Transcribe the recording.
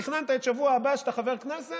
תכננת את השבוע הבא כשאתה חבר כנסת?